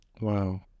Wow